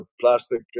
plastic